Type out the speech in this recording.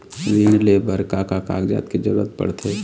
ऋण ले बर का का कागजात के जरूरत पड़थे?